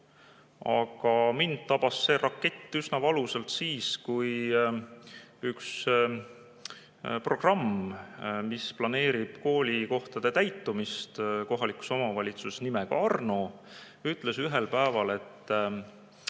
Aga mind tabas see rakett üsna valusalt siis, kui üks programm, mis planeerib koolikohtade täitumist kohalikus omavalitsuses, nimega Arno, ütles ühel päeval, et